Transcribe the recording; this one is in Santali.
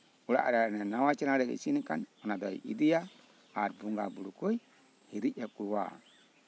ᱚᱲᱟᱜᱨᱮ ᱱᱟᱣᱟ ᱪᱮᱞᱟᱝ ᱨᱮ ᱤᱥᱤᱱ ᱟᱠᱟᱱ ᱚᱲᱟᱜ ᱨᱮᱭ ᱤᱫᱤᱭᱟ ᱟᱨ ᱵᱚᱸᱜᱟ ᱵᱳᱨᱳ ᱠᱚᱭ ᱦᱤᱨᱤᱡ ᱟᱠᱚᱣᱟ